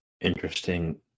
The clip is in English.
Interesting